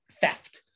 theft